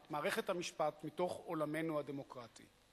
את מערכת המשפט מתוך עולמנו הדמוקרטי.